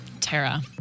Tara